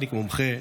מוסכניק מומחה,